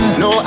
no